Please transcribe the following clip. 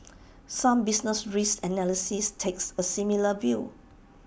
some business risk analysts takes A similar view